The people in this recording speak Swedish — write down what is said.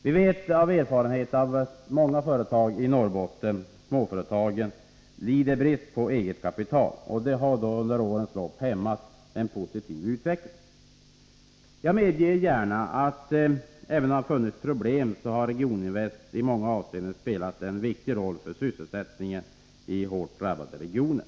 Vi vet av erfarenhet att många småföretag i Norrbotten lider brist på eget kapital. Det har under åren hämmat en positiv utveckling. Jag medger gärna att även om det funnits problem har Regioninvest i många avseenden spelat en viktig roll för sysselsättningen i hårt drabbade regioner.